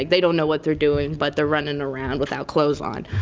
they don't know what they're doing but they're running around without clothes on.